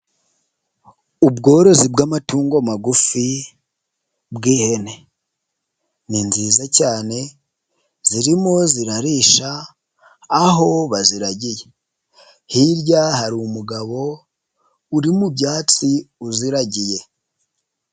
Ubworozi bw'amatungo magufi bw'ihene ni nziza cyane zirimo zirarisha aho baziragiye, hirya hari umugabo uri mu byatsi uziragiye.